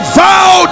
vow